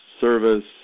service